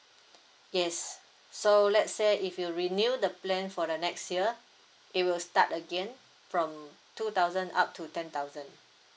yes so let's say if you renew the plan for the next year it will start again from two thousand up to ten thousand